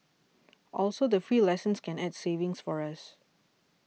also the free lessons can add savings for us